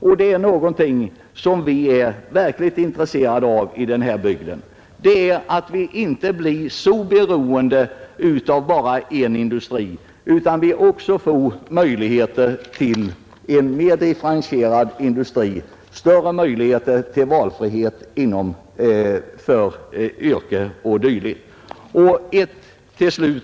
Vad vi är verkligt intresserade av i denna bygd är att vi inte blir beroende av bara en industri utan att vi också får möjligheter till en mera differentierad industri och större valfrihet i fråga om yrke.